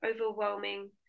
overwhelming